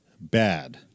bad